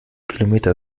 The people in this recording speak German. kilometer